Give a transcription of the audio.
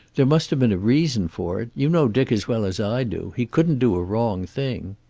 there must have been a reason for it. you know dick as well as i do. he couldn't do a wrong thing.